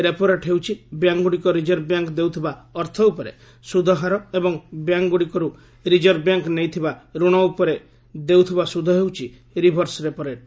repo rate ହେଉଛି ବ୍ୟାଙ୍କଗୁଡିକ reserve bank ଦେଉଥିବା ଅର୍ଥ ଉପରେ ସୁଧହାର ଏବଂ ବ୍ୟାଙ୍କଗୁଡିକରୁ ରିଜର୍ଭ ବ୍ୟାଙ୍କ ନେଇଥିବା ଋଣ ଉପରେ ଦେଉଥିବା ସୁଧ ହେଉଛି ରିଭର୍ସ ରେପରେଟ